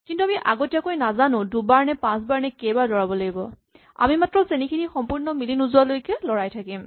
কিন্তু আমি আগতীয়াকৈ নাজানো দুবাৰ নে পাঁচবাৰ নে কেইবাৰ লৰাব লাগিব আমি মাত্ৰ চেনি খিনি সম্পূৰ্ণকৈ মিলি নোযোৱালৈকে লৰাই থাকিম